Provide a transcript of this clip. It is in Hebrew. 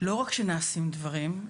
לא רק שנעשים דברים,